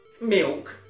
Milk